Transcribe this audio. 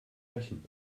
rächen